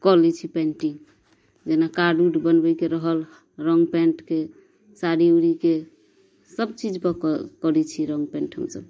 कऽ लै छी पेन्टिंग जेना कार्ड उड बनबयके रहल रङ्ग पैंटके साड़ी उड़ीके सब चीजपर कऽ करय छी रङ्ग पेंट हमसब